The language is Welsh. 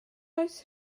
oes